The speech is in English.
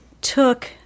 took